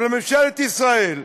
אבל ממשלת ישראל,